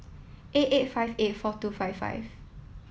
eight eight five eight four two five five